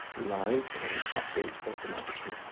live and update automatically.